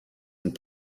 and